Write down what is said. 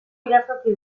irazoki